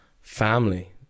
family